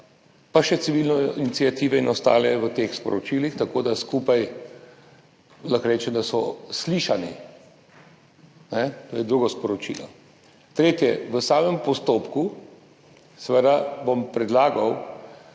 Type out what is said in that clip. pa še civilne iniciative in ostale v teh sporočilih, tako da skupaj lahko rečem, da so slišani. To je drugo sporočilo. Tretje. V samem postopku bom predlagal